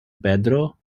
pedro